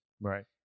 Right